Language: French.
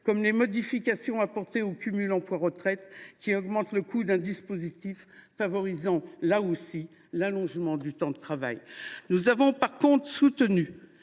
pense aux modifications apportées au cumul emploi retraite, qui augmentent le coût d’un dispositif favorisant l’allongement du temps de travail. Nous avons en revanche soutenu